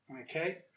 Okay